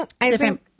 Different